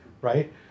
right